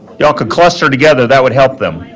y'all could cluster together. that would help them.